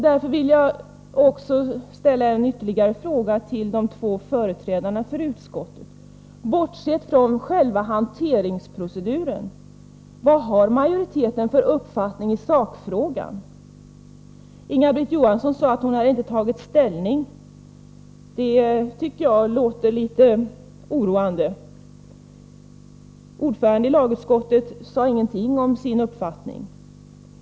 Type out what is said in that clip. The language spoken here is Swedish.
Därför vill jag ställa ytterligare en fråga till de två företrädarna för utskottet: Bortsett från själva hanteringsproceduren, vad har majoriteten för uppfattning i sakfrågan? Inga-Britt Johansson sade att hon inte hade tagit ställning, och det låter litet oroande. Ordföranden i lagutskottet sade ingenting om sin uppfattning.